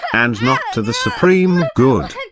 and not to the supreme good.